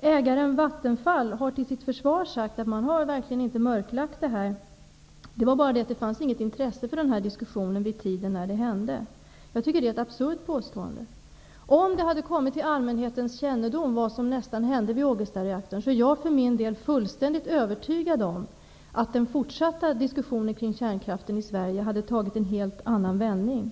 Ägaren Vattenfall har till sitt försvar sagt att man verkligen inte har mörklagt incidenten. Det fanns bara inget intresse för den här diskussionen vid den tid då det hände. Jag tycker att det är ett absurt påstående. Om det hade kommit till allmänhetens kännedom vad som nästan hände vid Ågestareaktorn är jag för min del fullständigt övertygad om att den fortsatta diskussionen kring kärnkraften i Sverige hade tagit en helt annan vändning.